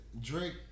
Drake